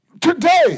Today